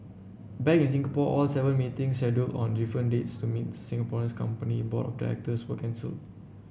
back in Singapore all seven meetings scheduled on different dates to meet Singapore's company board of directors were cancelled